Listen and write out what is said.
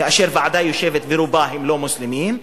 כאשר ועדה יושבת ורוב חבריה אינם מוסלמים,